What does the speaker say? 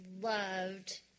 loved